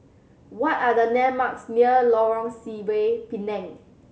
what are the landmarks near Lorong Sireh Pinang